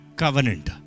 covenant